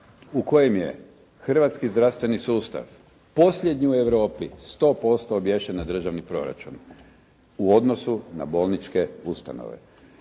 u kojem je hrvatski zdravstveni sustav posljednji u Europi 100% obješen na državni proračun u odnosu na bolničke ustanove.